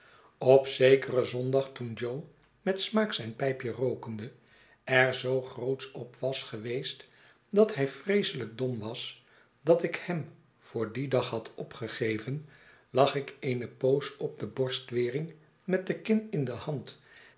op zekeren zondag toen jo met smaak zijn pijpje rookende er zoo grootsch op was geweest dat hij vreeseiijk dom was dat ik hem voor dien dag had opgegeven lag ik eene poos op de borstwering met de kin in de hand